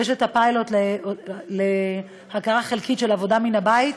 יש את הפיילוט להכרה חלקית בעבודה מן הבית,